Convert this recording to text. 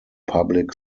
public